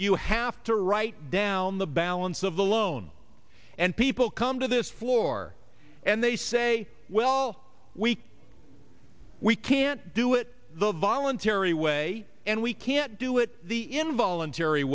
you have to write down the balance of the loan and people come to this floor and they say well all week we can't do it the voluntary way and we can't do it the involuntary